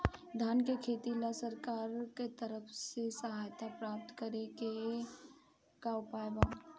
धान के खेती ला सरकार के तरफ से सहायता प्राप्त करें के का उपाय बा?